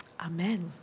Amen